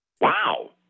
Wow